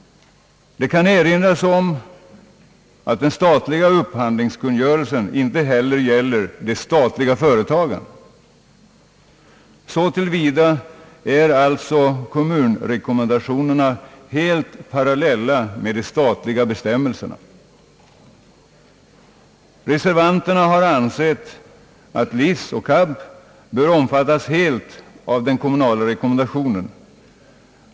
Det kan erinras om att den statliga upphandlingskungörelsen inte heller gäller de statliga företagen. Så till vida är alltså kommunrekommendationerna helt parallella med de statliga bestämmelserna. Reservanterna har ansett att LIC och KAB bör omfattas helt av den kommunala rekommendationen.